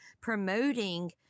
promoting